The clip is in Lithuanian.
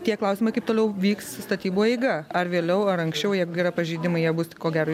tie klausimai kaip toliau vyks statybų eiga ar vėliau ar anksčiau jeigu yra pažeidimai bus ko gero